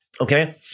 Okay